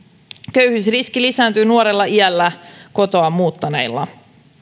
köyhyysriski lisääntyy nuorella iällä kotoa muuttaneilla